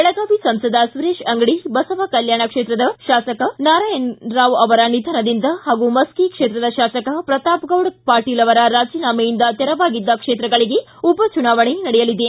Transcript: ಬೆಳಗಾವಿ ಸಂಸದ ಸುರೇತ ಅಂಗಡಿ ಬಸವಕಲ್ಕಾಣ ಕ್ಷೇತ್ರದ ಶಾಸಕ ನಾರಾಯಣರಾವ್ ಅವರ ನಿಧನದಿಂದ ಹಾಗೂ ಮಸ್ಕಿ ಕ್ಷೇತ್ರದ ಶಾಸಕ ಪ್ರತಾಪ್ಗೌಡ ಪಾಟೀಲ್ ಅವರ ರಾಜಿನಾಮೆಯಿಂದ ತೆರವಾಗಿದ್ದ ಕ್ಷೇತ್ರಗಳಿಗೆ ಉಪಚುನಾವಣೆ ನಡೆಯಲಿದೆ